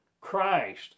Christ